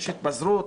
יש התפזרות,